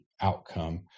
outcome